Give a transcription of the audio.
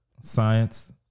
science